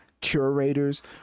curators